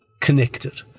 connected